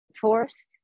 forced